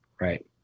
Right